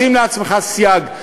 שים לעצמך סייג,